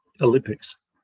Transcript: olympics